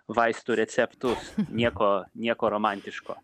vaistų receptų nieko nieko romantiško